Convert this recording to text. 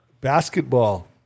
Basketball